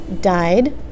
died